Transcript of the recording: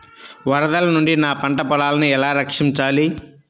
వరదల నుండి నా పంట పొలాలని ఎలా రక్షించాలి?